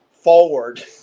forward